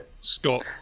Scott